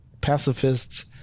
pacifists